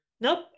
Nope